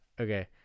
Okay